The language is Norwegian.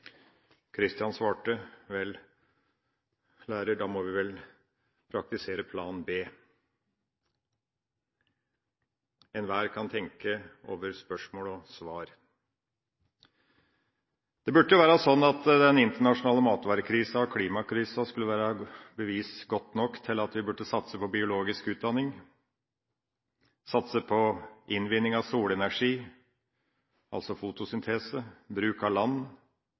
svarte: Lærer, da må vi vel praktisere plan b. Enhver kan tenke over spørsmål og svar. Det burde jo være sånn at den internasjonale matvarekrisa og klimakrisa skulle være bevis godt nok til at vi burde satse på biologisk utdanning, satse på innvinning av solenergi – altså fotosyntese – bruk av land,